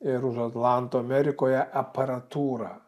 ir už atlanto amerikoje aparatūrą